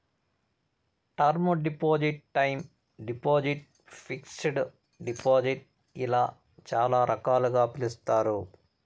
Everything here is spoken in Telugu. term deposit time deposit fixed deposit ఇలా చాలా రకాలుగా పిలుస్తారు